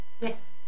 yes